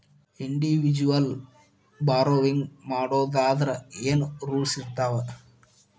Individual borrowing ಮಾಡೊದಾದ್ರ ಏನ್ ರೂಲ್ಸಿರ್ತಾವ?